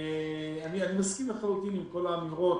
אני מסכים לחלוטין עם כל האמירות